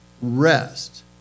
rest